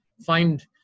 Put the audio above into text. find